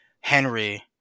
Henry